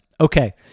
Okay